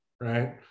right